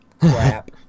Crap